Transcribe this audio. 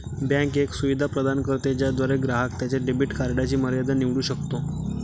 bank एक सुविधा प्रदान करते ज्याद्वारे ग्राहक त्याच्या डेबिट कार्डची मर्यादा निवडू शकतो